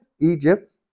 Egypt